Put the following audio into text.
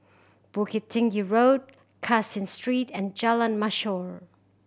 Bukit Tinggi Road Caseen Street and Jalan Mashhor